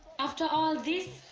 after all this?